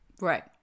Right